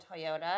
Toyota